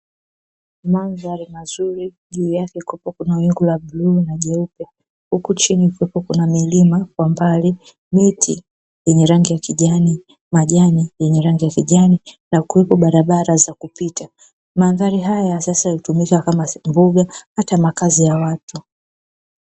Gonjwa linaswiri. Juu yake kulikuwa kuna wingu la bluu na joto, huku chini kulikuwa kuna milima, miti yenye ragi ya kijani hata makazi ya watu.